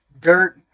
dirt